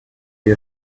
wie